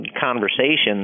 conversations